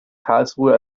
karlsruhe